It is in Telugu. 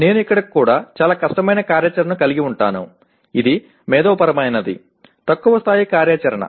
నేను ఇక్కడ కూడా చాలా కష్టమైన కార్యాచరణను కలిగి ఉంటాను ఇది మేధోపరమైనది తక్కువ స్థాయి కార్యాచరణ